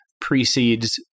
precedes